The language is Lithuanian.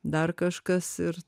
dar kažkas ir